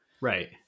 Right